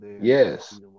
Yes